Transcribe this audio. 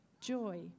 joy